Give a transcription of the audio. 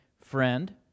Friend